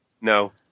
No